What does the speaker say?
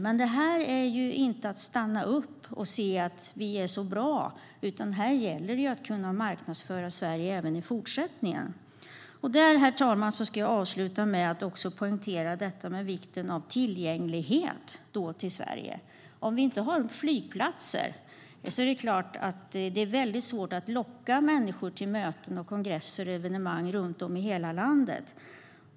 Men vi får inte stanna upp och säga att vi är så bra, utan det gäller att kunna marknadsföra Sverige även i fortsättningen. Herr talman! Jag ska avsluta med att poängtera vikten av tillgänglighet till Sverige. Om vi inte har flygplatser är det väldigt svårt att locka människor till möten, kongresser och evenemang runt om i hela landet.